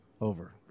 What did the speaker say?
Over